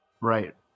right